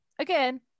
Again